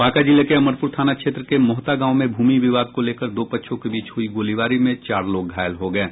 बांका जिले के अमरपुर थाना क्षेत्र के मोहता गांव में भूमि विवाद को लेकर दो पक्षों के बीच हुयी गोलीबारी में चार लोग घायल हो गये